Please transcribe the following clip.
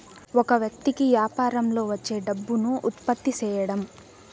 ఒక వ్యక్తి కి యాపారంలో వచ్చే డబ్బును ఉత్పత్తి సేయడం